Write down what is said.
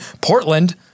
Portland